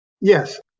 Yes